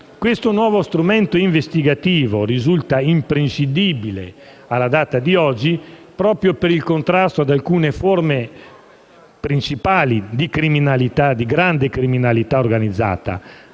Questo nuovo strumento investigativo risulta imprescindibile alla data di oggi proprio per il contrasto ad alcune forme principali di grande criminalità organizzata,